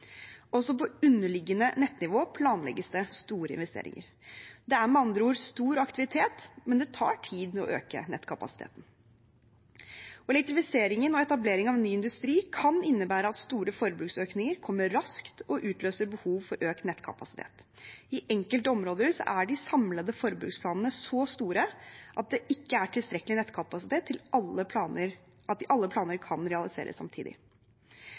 Også på underleggende nettnivå planlegges det store investeringer. Det er med andre ord stor aktivitet, men det tar tid å øke nettkapasiteten. Elektrifiseringen og etablering av ny industri kan innebære at store forbruksøkninger kommer raskt og utløser behov for økt nettkapasitet. I enkelte områder er de samlede forbruksplanene så store at det ikke er tilstrekkelig nettkapasitet til at alle planer kan realiseres samtidig.